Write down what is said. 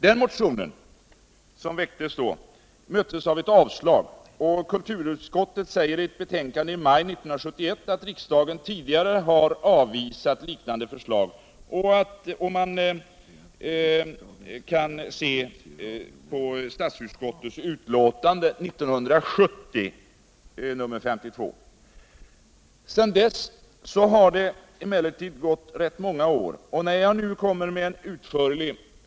Den motionen möttes av ett avslag, och kulturutskottet sade i ett betänkande i maj 1971 att riksdagen tidigare avvisat ett liknande törstag och man hänvisade till statsutskotets utlåtande 1970:52. Sedan dess har det emellertid gått rätt många år. och när jag nu kommer med en utförlig.